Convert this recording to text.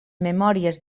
memòries